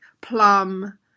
plum